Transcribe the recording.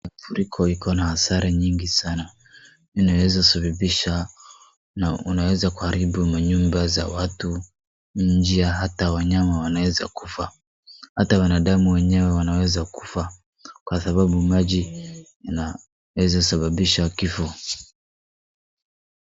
Mafuriko ikona hasara nyingi sana. Inaeza sababisha na unaeza kuharibu manyumba za watu, njia au wanyama wanaeza kufa. Hata wanadamu wenyewe wanaeza kufa kwa sababu maji inaeza sababisha kifo.